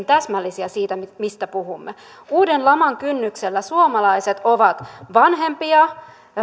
täsmällisiä siinä mistä puhumme uuden laman kynnyksellä suomalaiset ovat vanhempia